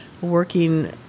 working